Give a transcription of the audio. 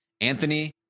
Anthony